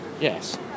Yes